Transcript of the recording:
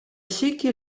sykje